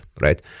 right